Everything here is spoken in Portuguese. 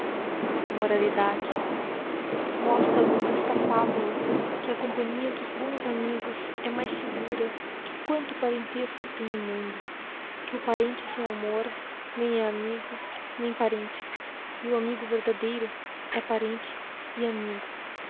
e mostra o esta fabula que a companhia dos bons amigos he mais segura cpie quanto parentesco íj tem o mundo que o parente seu amor nem he amigo nem parente meu amigo verdadeiro é parente e amigo